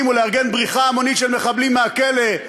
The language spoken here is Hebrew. ולארגן בריחה המונית של מחבלים מהכלא,